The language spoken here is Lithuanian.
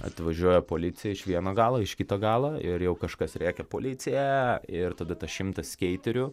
atvažiuoja policija iš vieno galo iš kito galo ir jau kažkas rėkia policija ir tada tas šimtas skeiterių